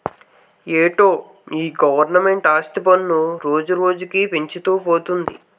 ఏటో ఈ గవరమెంటు ఆస్తి పన్ను రోజురోజుకీ పెంచుతూ పోతంది